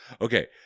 Okay